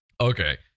Okay